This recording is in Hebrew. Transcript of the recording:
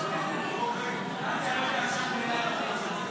בדבר הפחתת תקציב לא נתקבלו.